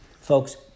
Folks